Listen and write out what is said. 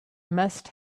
must